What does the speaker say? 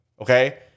Okay